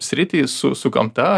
sritį su su gamta